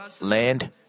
land